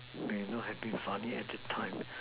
may not happy you funny at this time